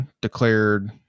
declared